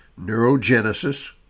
neurogenesis